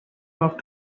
off